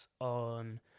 on